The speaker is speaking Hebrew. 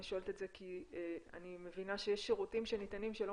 אני שואלת את זה כי אני מבינה שיש שירותים שניתנים שלא